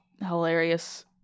hilarious